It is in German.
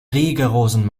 rigorosen